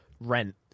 rent